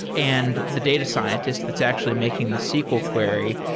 and the data scientist that's actually making the sql query.